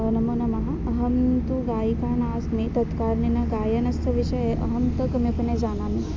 नमो नमः अहं तु गायिका नास्मि तत्कारणेन गायनस्य विषये अहं तु किमपि न जानामि